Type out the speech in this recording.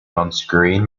unscrewing